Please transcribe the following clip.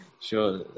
Sure